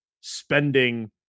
spending